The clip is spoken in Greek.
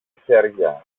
χέρια